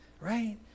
right